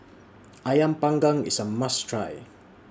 Ayam Panggang IS A must Try